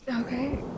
Okay